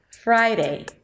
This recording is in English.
Friday